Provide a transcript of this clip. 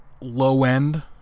low-end